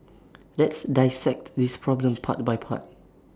let's dissect this problem part by part